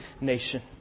nation